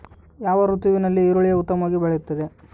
ಯಾವ ಋತುವಿನಲ್ಲಿ ಈರುಳ್ಳಿಯು ಉತ್ತಮವಾಗಿ ಬೆಳೆಯುತ್ತದೆ?